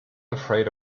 afraid